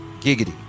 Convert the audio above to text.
Giggity